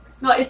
No